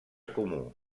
comú